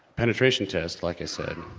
penetration test like i said.